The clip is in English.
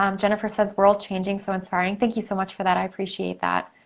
um jennifer says, world changing, so inspiring. thank you so much for that, i appreciate that.